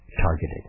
targeted